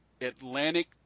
Atlantic